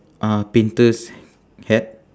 uh painter's hat